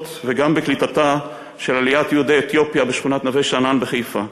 וגם בקליטתה של עליית יהודי אתיופיה בשכונת נווה-שאנן בחיפה.